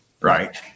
right